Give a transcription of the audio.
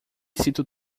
sinto